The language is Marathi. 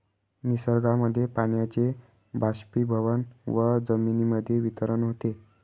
निसर्गामध्ये पाण्याचे बाष्पीभवन व जमिनीमध्ये वितरण होते